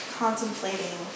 contemplating